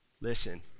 Listen